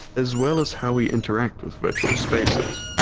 as well as how we interact with virtual spaces.